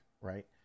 Right